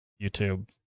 YouTube